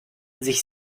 sich